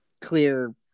clear